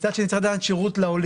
מצד שני צריך לתת שירות לעולים,